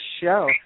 show